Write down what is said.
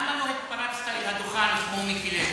למה לא התפרצת אל הדוכן כמו מיקי לוי?